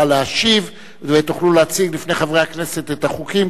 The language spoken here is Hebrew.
להשיב ותוכלו להציג בפני חברי הכנסת את החוקים,